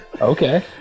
Okay